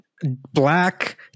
black